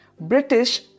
British